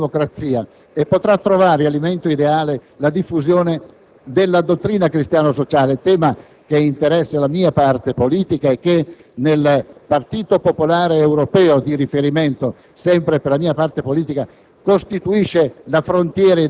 condizioni di reale democrazia e potrà trovare alimento ideale la diffusione della dottrina cristiano-sociale, tema che interessa la mia parte politica e che nel Partito popolare europeo - di riferimento sempre per la mia parte politica